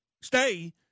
Stay